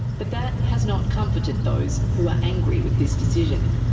but that has not comforted those who are angry with this decision.